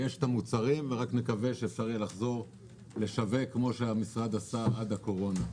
יש מוצרים ורק נקווה שאפשר יהיה לחזור לשווק כמו שהמשרד עשה עד הקורונה.